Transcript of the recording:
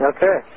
Okay